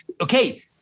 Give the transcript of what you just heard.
Okay